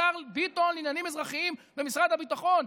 השר לעניינים אזרחיים במשרד הביטחון,